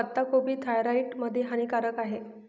पत्ताकोबी थायरॉईड मध्ये हानिकारक आहे